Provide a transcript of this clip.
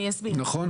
נכון?